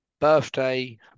Birthday